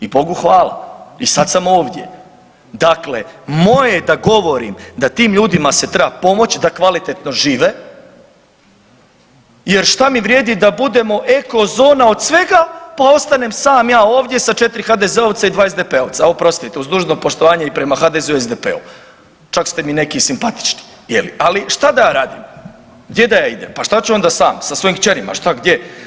I Bogu hvala i sad sam ovdje, dakle moje je da govorim da tim ljudima se treba pomoći da kvalitetno žive, jer šta mi vrijedi da budemo eko zona od svega, pa ostanem sam ja ovdje sa 4 HDZ-ovca i 2 SDP-ovca, oprostite, uz dužno poštovanje i prema HDZ-u i SDP-u, čak ste mi neki i simpatični jeli, ali šta da ja radim, gdje da ja idem, šta ću ja onda sam, sa svojim kćerima, šta, gdje.